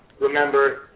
Remember